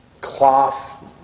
Cloth